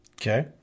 Okay